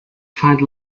find